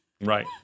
Right